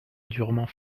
durement